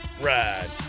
ride